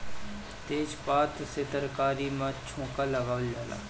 तेजपात से तरकारी में छौंका लगावल जाला